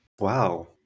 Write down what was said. Wow